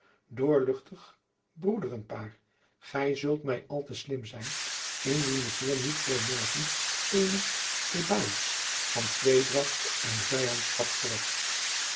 doorluchtig broederenpaar gij zult mij al te slim zijn indien ik hier niet voor morgen eene thebäis van tweedracht en vijandschap